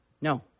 No